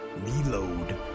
reload